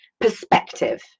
perspective